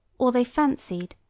or they fancied,